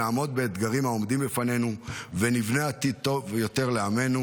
נעמוד באתגרים העומדים בפנינו ונבנה עתיד טוב יותר לעמנו,